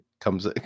comes